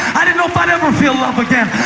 i didn't know if i'd ever feel love again.